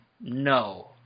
No